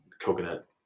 coconut